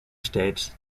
states